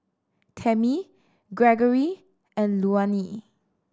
Tamie Greggory and Luanne